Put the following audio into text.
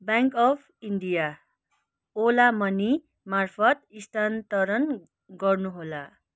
bank of India Ola money मार्फत् स्थानन्तरण गर्नुहोला